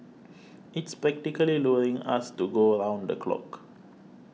it's practically luring us to go round the clock